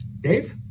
Dave